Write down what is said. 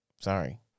sorry